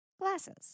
Glasses